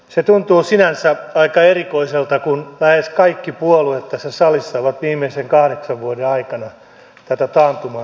se tuntuu sinänsä aika erikoiselta koska lähes kaikki puolueet tässä salissa ovat viimeisen kahdeksan vuoden aikana tätä taantuman soppaa keittäneet